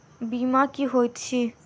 बीमा की होइत छी?